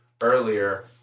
earlier